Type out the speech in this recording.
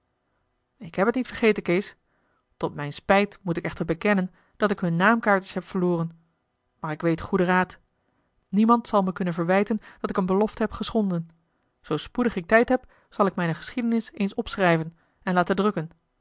ik heb het niet vergeten kees tot mijne spijt moet ik echter bekennen dat ik hunne naamkaartjes heb verloren maar ik weet goeden raad niemand zal me kunnen verwijten dat ik een belofte heb geschonden zoo spoedig ik tijd heb zal ik mijne geschiedenis eens opschrijven en laten drukken